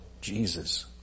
Jesus